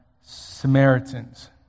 Samaritans